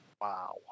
wow